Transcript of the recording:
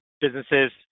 businesses